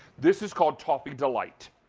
this is called toffee delight.